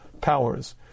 powers